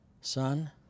Son